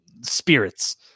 spirits